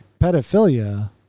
pedophilia